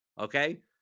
Okay